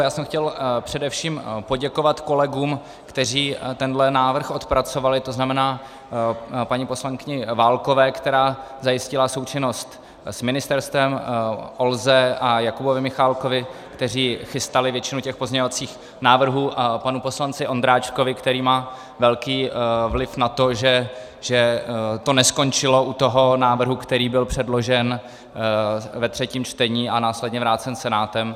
Já jsem chtěl především poděkovat kolegům, kteří tenhle návrh odpracovali, to znamená paní poslankyni Válkové, která zajistila součinnost s ministerstvem, Olze a Jakubovi Michálkovi, kteří chystali většinu pozměňovacích návrhů, a panu poslanci Ondráčkovi, který má velký vliv na to, že to neskončilo u návrhu, který byl předložen ve třetím čtení a následně vrácen Senátem.